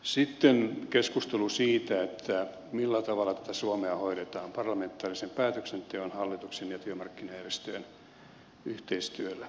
sitten keskustelu siitä millä tavalla tätä suomea hoidetaan parlamentaarisen päätöksenteon hallituksen ja työmarkkinajärjestöjen yhteistyöllä